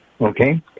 Okay